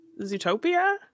Zootopia